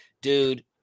dude